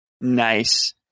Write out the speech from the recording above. Nice